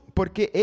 porque